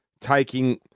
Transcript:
taking